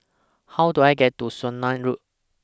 How Do I get to Swanage Road